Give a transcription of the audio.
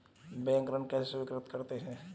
Bank ऋण कैसे स्वीकृत करते हैं?